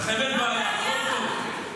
מה הבעיה?